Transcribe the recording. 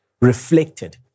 reflected